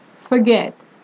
forget